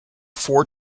four